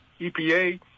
EPA